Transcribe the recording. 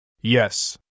Yes